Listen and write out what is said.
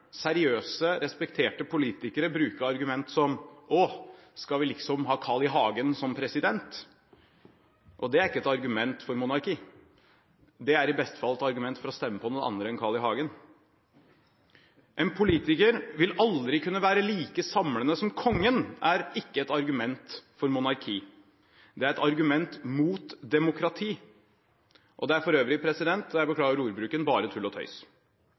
seriøse, respekterte politikere bruke argument som: Åh, skal vi liksom ha Carl I. Hagen som president? Det er ikke et argument for monarki. Det er i beste fall et argument for å stemme på noen andre enn Carl I. Hagen. At en politiker aldri vil kunne være like samlende som kongen, er ikke et argument for monarki. Det er et argument imot demokrati, og det er for øvrig – og jeg beklager ordbruken – bare tull og tøys.